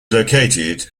located